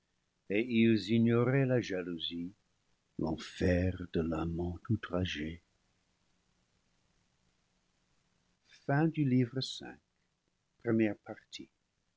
et ils ignoraient la jalousie l'enfer de l'amant outragé